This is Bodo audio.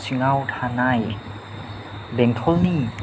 सिङाव थानाय बेंटलनि